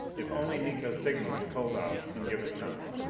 if only miko's signals would hold off and give us time!